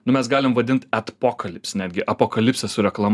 nu mes galim vadint adpocalypse netgi apokalipsę su reklama